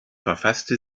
verfasste